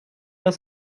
aus